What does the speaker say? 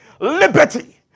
Liberty